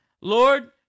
Lord